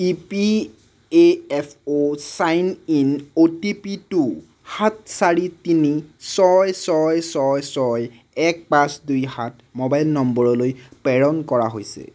E P A F O sign in O T পিটো সাত চাৰি তিনি ছয় ছয় ছয় ছয় এক পাঁচ দুই সাত ম'বাইল নম্বৰলৈ প্ৰেৰণ কৰা হৈছে